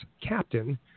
captain